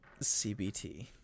CBT